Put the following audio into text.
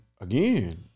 again